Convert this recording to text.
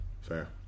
Fair